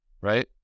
right